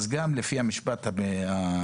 אז גם לפי המשפט הבין-לאומי,